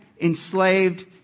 enslaved